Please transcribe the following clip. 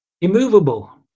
immovable